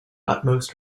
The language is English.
utmost